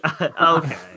Okay